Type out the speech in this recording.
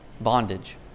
bondage